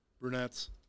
Brunettes